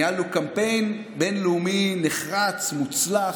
ניהלנו קמפיין בין-לאומי נחרץ, מוצלח,